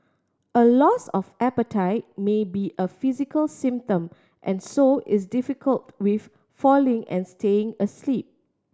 a loss of appetite may be a physical symptom and so is difficult with falling and staying asleep